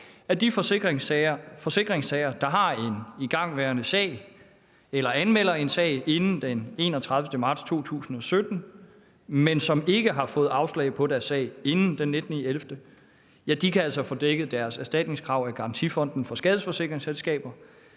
at de forsikringstagere, der har en igangværende sag eller anmelder en sag inden den 31. marts 2017, men som ikke har fået afslag på deres sag inden den 19. november, altså kan få dækket deres erstatningskrav af Garantifonden for Skadeforsikringsselskaber.